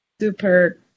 super